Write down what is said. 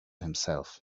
himself